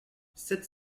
sept